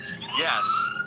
yes